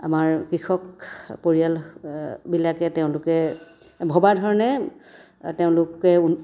আমাৰ কৃষক পৰিয়াল বিলাকে তেওঁলোকে ভবা ধৰণে তেওঁলোকে